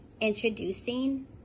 introducing